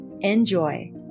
Enjoy